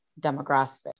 demographic